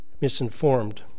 misinformed